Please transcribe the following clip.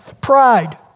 pride